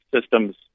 systems